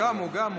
הוא גם,